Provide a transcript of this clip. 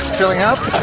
filling up?